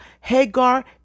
Hagar